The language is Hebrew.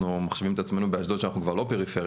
אנחנו מחשיבים את עצמנו באשדוד שאנחנו כבר לא פריפריה.